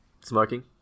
Smoking